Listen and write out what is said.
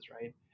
right